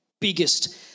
biggest